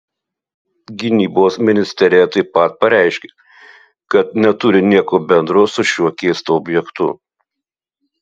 gynybos ministerija taip pat pareiškė kad neturi nieko bendro su šiuo keistu objektu